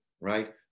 right